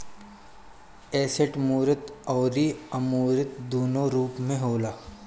asset मूर्त अउरी अमूर्त दूनो रूप में होला